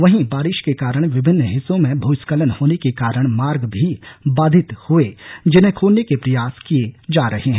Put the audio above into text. वहीं बारिश के कारण विभिन्न हिस्सों में भूस्खलन होने के कारण मार्ग भी बाधित हुए जिन्हें खोलने के प्रयास किए जा रहे हैं